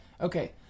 okay